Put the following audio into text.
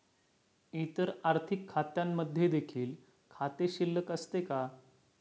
इतर आर्थिक खात्यांमध्ये देखील खाते शिल्लक असते का?